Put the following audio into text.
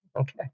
Okay